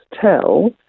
tell